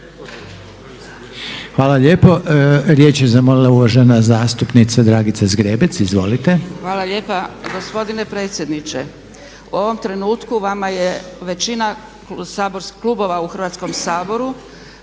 Hvala lijepa. Riječ je zamolila uvažena zastupnica Dragica Zgrebec. Izvolite. **Zgrebec, Dragica (SDP)** Hvala lijepa. Gospodine predsjedniče. U ovom trenutku vama je većina, saborskih klubova u Hrvatskom saboru